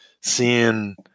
seeing